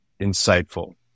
insightful